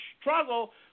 struggle